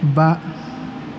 बा